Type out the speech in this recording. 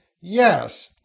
yes